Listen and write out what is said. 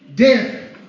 Death